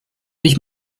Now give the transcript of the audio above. ich